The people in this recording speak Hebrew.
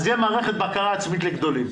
תהיה מערכת בקרה עצמית לגדולים.